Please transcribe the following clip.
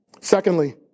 Secondly